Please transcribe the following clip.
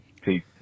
Peace